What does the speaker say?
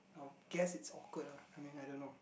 our guest is good lah coming I don't know